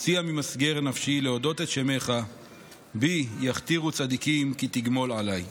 הוציאה ממסגר נפשי להודות את שמך בי יכתִּרו צדיקים כי תגמֹל עלי".